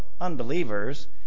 unbelievers